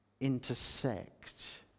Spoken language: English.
intersect